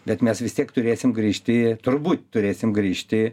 bet mes vis tiek turėsim grįžti turbūt turėsim grįžti